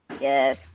Yes